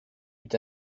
eût